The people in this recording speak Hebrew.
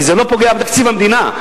כי זה לא פגיעה בתקציב המדינה,